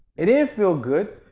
it didn't feel good.